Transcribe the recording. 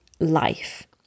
life